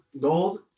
gold